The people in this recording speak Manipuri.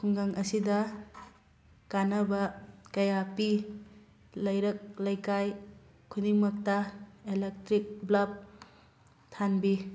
ꯈꯨꯡꯒꯪ ꯑꯁꯤꯗ ꯀꯥꯟꯅꯕ ꯀꯌꯥ ꯄꯤ ꯂꯩꯔꯛ ꯂꯩꯀꯥꯏ ꯈꯨꯗꯤꯡꯃꯛꯇ ꯑꯦꯂꯦꯛꯇ꯭ꯔꯤꯛ ꯕ꯭ꯂꯞ ꯊꯥꯟꯕꯤ